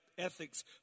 Ethics